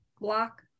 block